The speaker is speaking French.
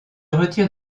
retire